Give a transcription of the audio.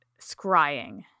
scrying